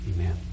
amen